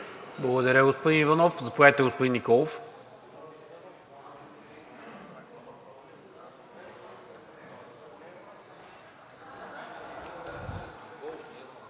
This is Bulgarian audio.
Благодаря, господин Иванов. Заповядайте, господин Николов.